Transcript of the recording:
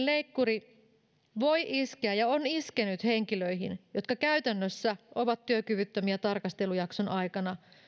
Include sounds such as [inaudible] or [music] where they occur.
[unintelligible] leikkuri voi iskeä ja on iskenyt henkilöihin jotka käytännössä ovat työkyvyttömiä tarkastelujakson aikana